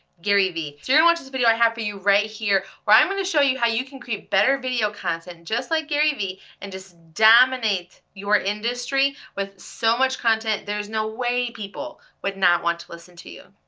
gary v. so you're gonna and watch this video i have for you right here where i'm gonna show you how you can create better video content just like gary v and just dominate your industry with so much content there's no way people would not want to listen to you.